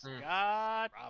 god